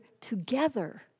together